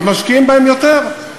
אז משקיעים בהם יותר.